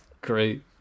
great